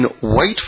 white